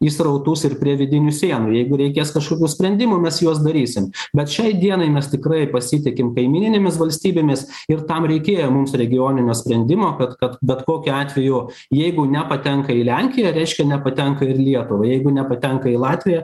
į srautus ir prie vidinių sienų jeigu reikės kažkokių sprendimų mes juos darysim bet šiai dienai mes tikrai pasitikim kaimyninėmis valstybėmis ir tam reikėjo mums regioninio sprendimo kad kad bet kokiu atveju jeigu nepatenka į lenkiją reiškia nepatenka ir į lietuvą jeigu nepatenka į latviją